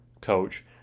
coach